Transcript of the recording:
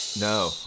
No